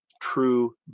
true